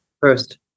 first